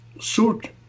suit